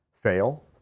fail